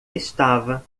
estava